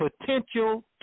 potential